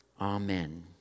amen